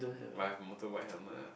but I have motorbike helmet ah